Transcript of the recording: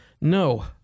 No